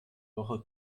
woche